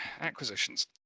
acquisitions